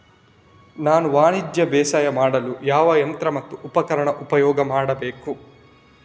ನಾನು ವಾಣಿಜ್ಯ ಬೇಸಾಯ ಮಾಡಲು ಯಾವ ಯಂತ್ರ ಮತ್ತು ಉಪಕರಣ ಉಪಯೋಗ ಮಾಡಬೇಕು?